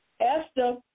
Esther